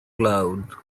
cloud